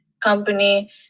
company